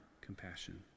compassion